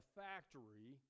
factory